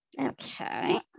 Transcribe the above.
Okay